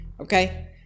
okay